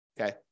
Okay